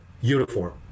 uniform